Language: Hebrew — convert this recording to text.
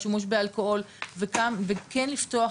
על שימוש באלכוהול וכן לפתוח